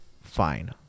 fine